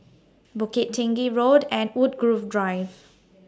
Bukit Tinggi Road and Woodgrove Drive